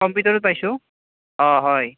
কম্পিউটাৰত পাইছোঁ অঁ হয়